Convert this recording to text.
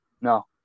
No